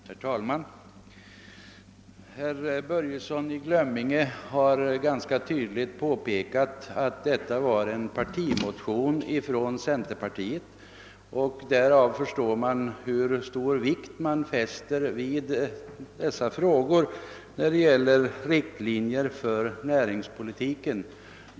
Herr talman! Herr Börjesson i Glömminge har ganska tydligt påpekat att detta är en partimotion från centerpartiet. Därav förstår vi hur stor vikt man där fäster vid frågorna om riktlinjerna för näringspolitiken.